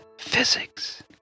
physics